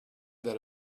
that